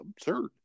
absurd